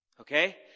Okay